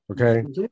Okay